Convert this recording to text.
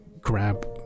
grab